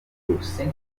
bourses